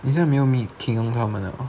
你现在没有 meet uh keng yong 他们 liao ah